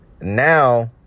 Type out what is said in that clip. Now